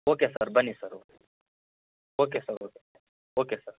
okay sir ಬನ್ನಿ sir okay okay sir okay sir okay sir